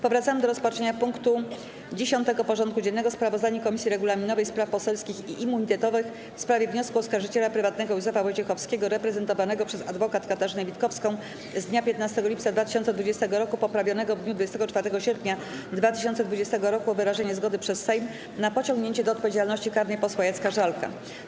Powracamy do rozpatrzenia punktu 10. porządku dziennego: Sprawozdanie Komisji Regulaminowej, Spraw Poselskich i Immunitetowych w sprawie wniosku oskarżyciela prywatnego Józefa Wojciechowskiego, reprezentowanego przez adwokat Katarzynę Witkowską z dnia 15 lipca 2020 r., poprawionego w dniu 24 sierpnia 2020 r., o wyrażenie zgody przez Sejm na pociągnięcie do odpowiedzialności karnej posła Jacka Żalka.